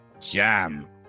jam